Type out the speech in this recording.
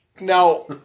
now